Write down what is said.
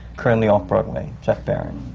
currently off-broadway. jeff baron.